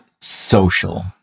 social